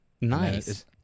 Nice